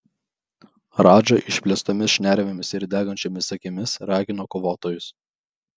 radža išplėstomis šnervėmis ir degančiomis akimis ragino kovotojus